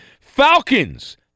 Falcons